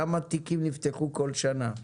כמה תיקים נפתחו כל שנה?